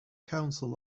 council